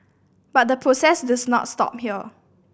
but the process does not stop here